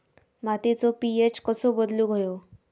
मातीचो पी.एच कसो बदलुक होयो?